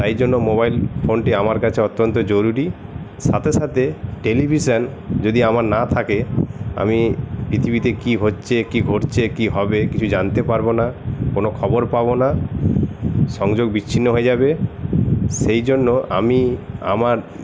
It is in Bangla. তাই জন্য মোবাইল ফোনটি আমার কাছে অত্যন্ত জরুরি সাথে সাথে টেলিভিশান যদি আমার না থাকে আমি পৃথিবীতে কী হচ্ছে কী ঘটছে কী হবে কিছু জানতে পারবো না কোনো খবর পাবো না সংযোগ বিচ্ছিন্ন হয়ে যাবে সেই জন্য আমি আমার